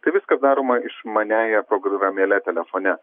tai viskas daroma išmaniąja programėle telefone